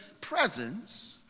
presence